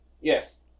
Yes